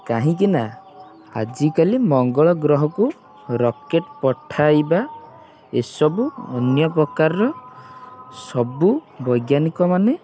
କାହିଁକିନା ଆଜିକାଲି ମଙ୍ଗଳ ଗ୍ରହକୁ ରକେଟ୍ ପଠାଇବା ଏ ସବୁ ଅନ୍ୟ ପ୍ରକାରର ସବୁ ବୈଜ୍ଞାନିକମାନେ